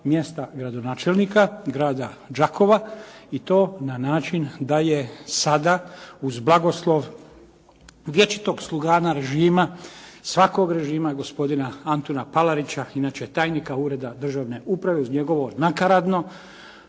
mjesta gradonačelnika, grada Đakova i to na način da je sada uz blagoslov vječitog slogana režima, svakog režima, gospodina Antuna Palarića, inače tajnika Ureda državne uprave, uz njegovo nakaradno